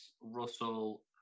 Russell